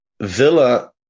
Villa